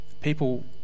people